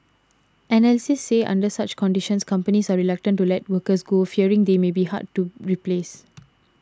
analysts say under such conditions companies are reluctant to let workers go fearing they may be hard to replace